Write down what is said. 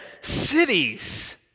cities